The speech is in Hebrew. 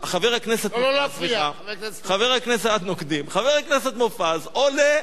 חבר הכנסת מופז.